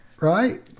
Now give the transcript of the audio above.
right